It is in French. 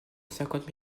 cinquante